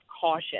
caution